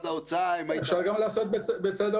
אני מסכים,